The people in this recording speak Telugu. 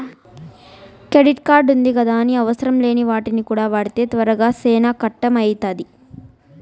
కెడిట్ కార్డుంది గదాని అవసరంలేని వాటికి కూడా వాడితే తర్వాత సేనా కట్టం అయితాది